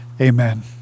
Amen